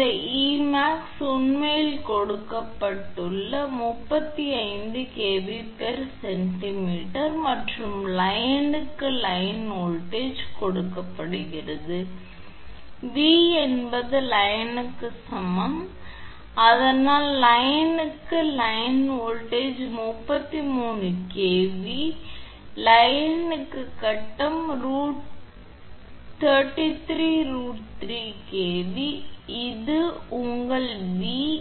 இந்த 𝐸𝑚𝑎𝑥 உண்மையில் கொடுக்கப்பட்ட 35 𝑘𝑉𝑐𝑚 மற்றும் லைனுக்கு லைன் வோல்ட்டேஜ் கொடுக்கப்படுகிறது V என்பது லைனுக்கு சமம் அதனால் லைனுக்கு லைன் வோல்ட்டேஜ் 33kV எனவே லைனுக்கு கட்டம் 33√3 kV எனவே இது உங்கள் V எனவே